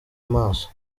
amaso